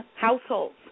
households